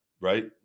right